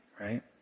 right